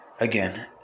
again